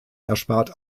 erspart